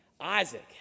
Isaac